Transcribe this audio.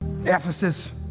Ephesus